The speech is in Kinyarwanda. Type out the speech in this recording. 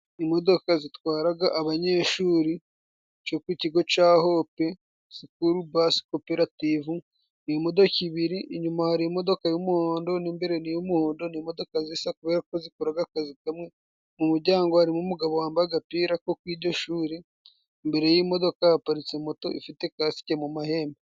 Imodoka zitwara abanyeshuri zo ku kigo cya hopesikurubasi koperative, ni imodoka ebyiri inyuma hari imodoka y'umuhondo n'imbere ni iy'umuhondo, ni imodoka zisa kubera ko zikoraa akazi kamwe. Mu muryango harimo umugabo wambaye agapira ko kuri iryo shuri, imbere y'imodoka haparitse moto ifite kasike mu mahembe.